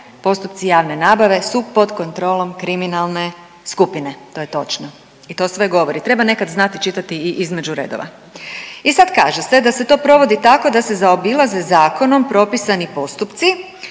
postupci javne nabave su pod kontrolom kriminalne skupine. To je točno i to sve govori. Treba nekad znati čitati i između redova. I sad kaže se da se to provodi tako da se zaobilaze zakonom propisani postupci